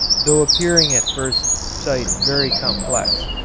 though appearing at first sight very complex,